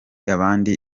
abandi